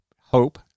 hope